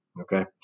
Okay